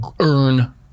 earn